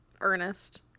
Ernest